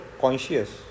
conscious